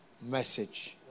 message